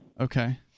Okay